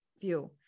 view